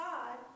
God